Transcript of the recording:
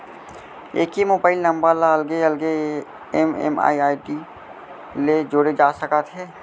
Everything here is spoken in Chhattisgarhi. एके मोबाइल नंबर ल अलगे अलगे एम.एम.आई.डी ले जोड़े जा सकत हे